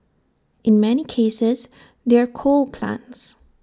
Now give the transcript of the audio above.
in many cases they're coal plants